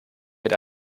mit